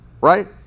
Right